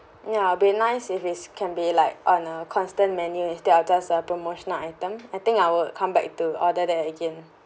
ya it'll be nice if its can be like on a constant menu instead of just a promotional item I think would come back to order that again